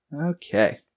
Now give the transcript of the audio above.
Okay